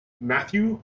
Matthew